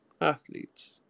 athletes